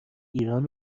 ایران